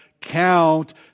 count